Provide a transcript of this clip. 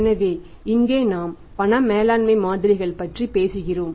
எனவே இங்கே நாம் பண மேலாண்மை மாதிரிகள் பற்றி போகிறோம்